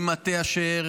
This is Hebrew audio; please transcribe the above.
במטה אשר,